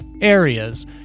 areas